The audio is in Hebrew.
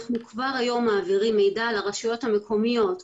אנחנו כבר היום מעבירים מידע לרשויות המקומיות,